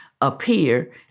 appear